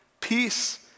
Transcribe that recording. peace